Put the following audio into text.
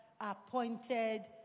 appointed